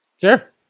Sure